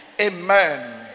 amen